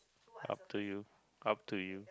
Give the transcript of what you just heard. up to you up to you